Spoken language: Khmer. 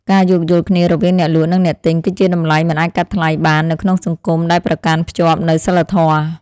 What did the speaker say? ការយោគយល់គ្នារវាងអ្នកលក់និងអ្នកទិញគឺជាតម្លៃមិនអាចកាត់ថ្លៃបាននៅក្នុងសង្គមដែលប្រកាន់ភ្ជាប់នូវសីលធម៌។